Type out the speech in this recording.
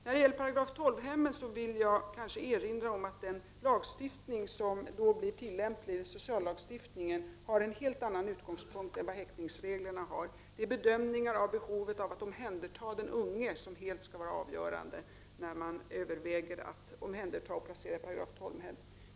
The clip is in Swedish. När det gäller § 12-hemmen vill jag erinra om att den lagstiftning som i de fallen blir tillämplig, nämligen sociallagstiftningen, har en helt annan utgångspunkt än vad häktningsreglerna har. Det handlar om bedömningar av behovet av att omhänderta den unge, vilket är helt avgörande när man överväger att omhänderta och placera någon i ett § 12-hem.